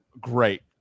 great